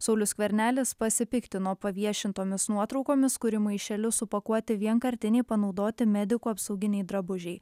saulius skvernelis pasipiktino paviešintomis nuotraukomis kur į maišelius supakuoti vienkartiniai panaudoti medikų apsauginiai drabužiai